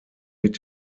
mit